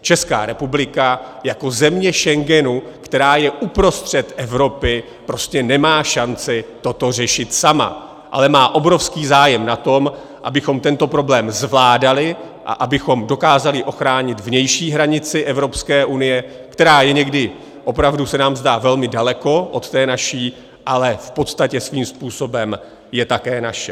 Česká republika jako země Schengenu, která je uprostřed Evropy, prostě nemá šanci toto řešit sama, ale má obrovský zájem na tom, abychom tento problém zvládali a abychom dokázali ochránit vnější hranici Evropské unie, která se nám někdy opravdu zdá velmi daleko od té naší, ale v podstatě svým způsobem je také naše.